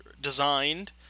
designed